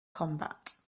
combat